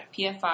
PFI